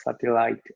satellite